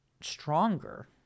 stronger